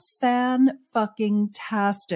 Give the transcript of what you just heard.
fan-fucking-tastic